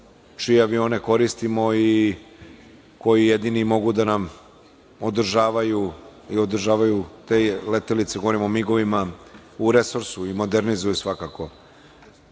čije avione koristimo i koji jedini mogu da nam održavaju te letelice, govorim o MIG-ovima, u resursu i modernizuju svakako. Imali